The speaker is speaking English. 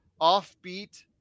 offbeat